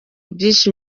byinshi